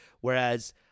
Whereas